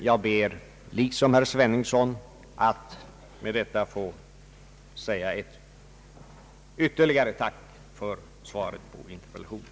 Jag ber, liksom herr Sveningsson, att ånyo få tacka för svaret på interpellationen.